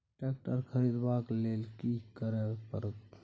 Tractor खरीदबाक लेल की करय परत?